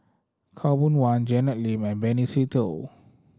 Khaw Boon Wan Janet Lim and Benny Se Teo